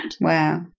Wow